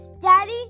Daddy